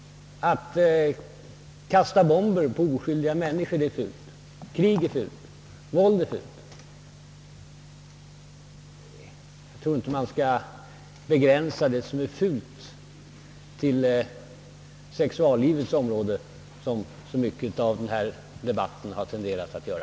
Att kasta bomber på oskyldiga människor är fult, krig och våld är fult. Jag tror inte att man skall begränsa det som är fult till sexuallivets område som debatten i så stor utsträckning tenderat att göra.